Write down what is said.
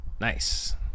nice